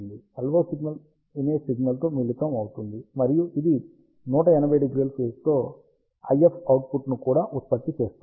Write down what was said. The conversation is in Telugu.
LO సిగ్నల్ ఇమేజ్ సిగ్నల్తో మిళితం అవుతుంది మరియు ఇది 180° ఫేజ్ తో IF అవుట్పుట్ను కూడా ఉత్పత్తి చేస్తుంది